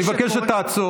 אני מבקש שתעצור.